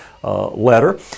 Letter